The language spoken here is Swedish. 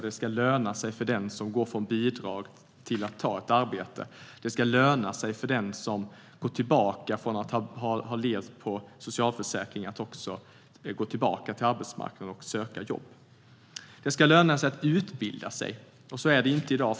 Det ska löna sig för den som går från bidrag till arbete. Det ska löna sig för den som från att ha levt på socialförsäkringen går tillbaka till arbetsmarknaden för att söka jobb. Det ska löna sig att utbilda sig. Det gör det inte i dag.